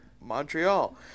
Montreal